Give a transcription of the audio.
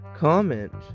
Comment